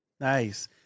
Nice